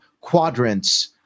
quadrants